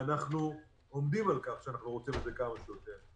אנחנו עומדים על כך שאנחנו רוצים את זה כמה שיותר מהר.